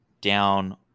down